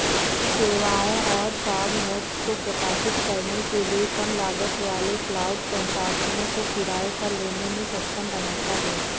सेवाओं और fog nodes को प्रकाशित करने के लिए कम लागत वाले क्लाउड संसाधनों को किराए पर लेने में सक्षम बनाता है